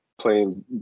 playing